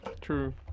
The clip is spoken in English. True